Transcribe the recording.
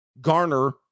garner